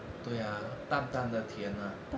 对啊淡淡的甜 ah